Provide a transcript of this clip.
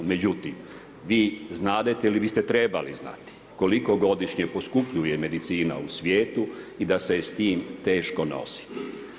Međutim, vi znadete ili vi ste trebali znati koliko godišnje poskupljuje medicina u svijetu i da se je s tim teško nositi.